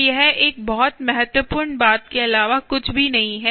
तो यह एक बहुत महत्वपूर्ण बात के अलावा कुछ भी नहीं है